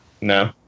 No